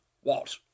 What